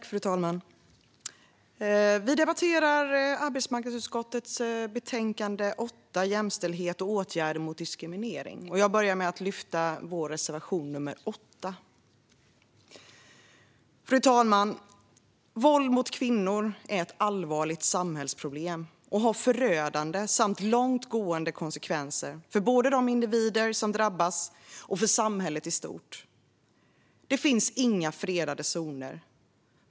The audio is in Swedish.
Fru talman! Vi debatterar arbetsmarknadsutskottets betänkande nr 8, Jämställdhet och åtgärder mot diskriminering . Jag yrkar bifall till vår reservation nr 8. Fru talman! Våld mot kvinnor är ett allvarligt samhällsproblem och har förödande samt långtgående konsekvenser både för de individer som drabbas och för samhället i stort. Det finns inga fredade zoner.